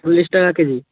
চল্লিশ টাকা কেজি